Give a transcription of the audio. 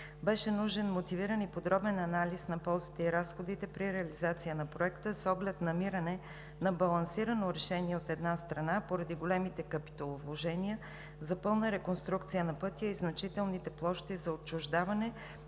Беше нужен мотивиран и подробен анализ на ползите и разходите при реализация на проекта с оглед намиране на балансирано решение, от една страна, поради големите капиталовложения за пълна реконструкция на пътя и значителните площи за отчуждаване,